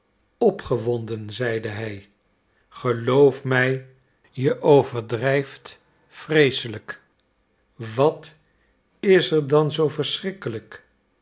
opgewonden zeide hij geloof mij je overdrijft vreeselijk wat is er dan zoo verschrikkelijk